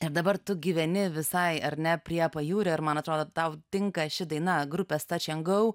ir dabar tu gyveni visai ar ne prie pajūrio ir man atrodo tau tinka ši daina grupės tač end gau